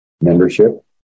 membership